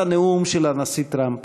לקראת הנאום של הנשיא טראמפ.